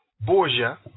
Borgia